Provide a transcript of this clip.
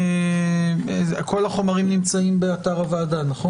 --- כל החומרים נמצאים באתר הוועדה, נכון?